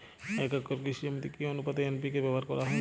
এক একর কৃষি জমিতে কি আনুপাতে এন.পি.কে ব্যবহার করা হয়?